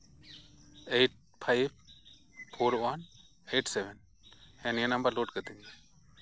eight five four one eight seven ᱦᱮᱸ ᱱᱤᱭᱟᱹ number load ᱠᱟᱹᱛᱤᱧ ᱢᱮ